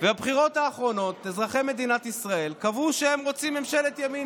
בבחירות האחרונות אזרחי מדינת ישראל קבעו שהם רוצים ממשלת ימין.